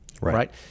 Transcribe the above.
Right